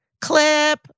Clip